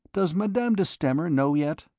does madame de stamer know yet?